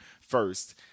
first